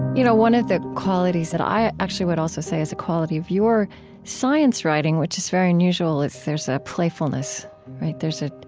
you know one of the qualities that i actually would also say is a quality of your science writing, which is very unusual, is there's a playfulness. there's a